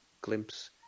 glimpse